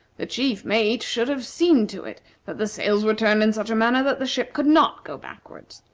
the chief mate should have seen to it that the sails were turned in such a manner that the ship could not go backward.